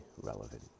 relevant